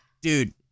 dude